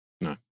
no